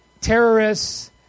terrorists